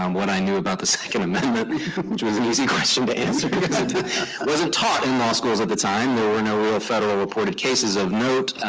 um what i knew about the second amendment, which was an easy question to answer. it wasn't taught in law schools at the time. there were no real federal reported cases of note,